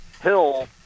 hill